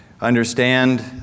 understand